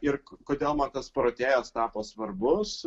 ir kodėl man tas protėjas tapo svarbus